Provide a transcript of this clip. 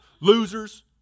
losers